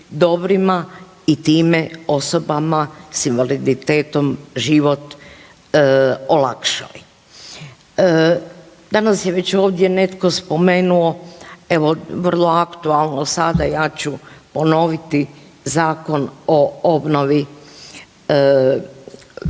i time osobama s invaliditetom život olakšali. Danas je već ovdje netko spomenuo evo vrlo aktualno sada ja ću ponoviti Zakon o obnovi zgrada